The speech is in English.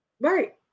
Right